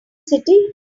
city